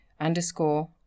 underscore